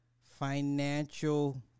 financial